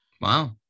Wow